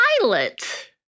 pilot